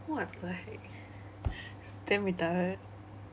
what the heck it's damn retarded